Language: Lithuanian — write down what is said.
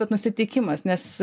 pats nusiteikimas nes